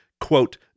quote